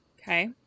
Okay